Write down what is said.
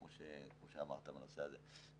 כמו שאמרתי בנושא הזה.